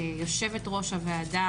יושבת-ראש הוועדה,